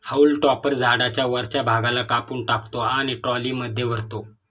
haulm topper झाडाच्या वरच्या भागाला कापून टाकतो आणि ट्रॉलीमध्ये भरतो